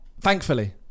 Thankfully